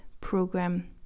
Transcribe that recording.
program